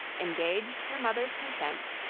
engaged her mother's consent,